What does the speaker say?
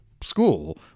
school